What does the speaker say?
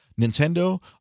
Nintendo